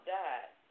died